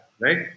right